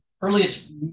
earliest